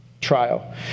trial